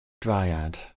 dryad